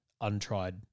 untried